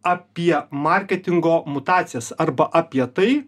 apie marketingo mutacijas arba apie tai